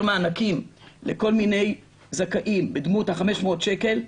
מענקים לכל מיני זכאים בדמות ה-500 שקל,